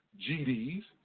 GDs